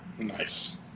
Nice